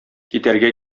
китәргә